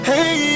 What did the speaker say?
Hey